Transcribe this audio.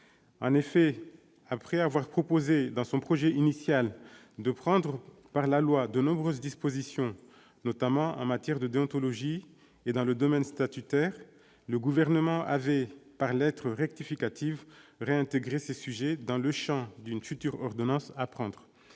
En effet, après avoir proposé dans son projet initial de prendre par voie législative de nombreuses dispositions, notamment en matière de déontologie et dans le domaine statutaire, le précédent gouvernement avait, par lettre rectificative, réintégré ces sujets dans le champ d'une future ordonnance. Une